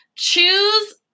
Choose